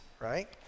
right